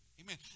Amen